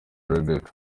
rebecca